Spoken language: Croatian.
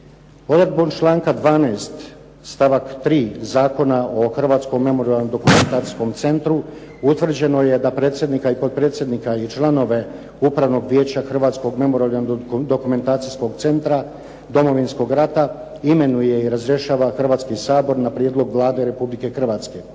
Odredbom članka 12. stavak 3. Zakona o Hrvatskom memorijalno-dokumentacijskom centru utvrđeno je da predsjednika, potpredsjednika i članove Upravnog vijeća Hrvatskog memorijalno-dokumentacijskog centra Domovinskoga rata imenuje i razrješava Hrvatski sabor na prijedlog Vlade Republike Hrvatske.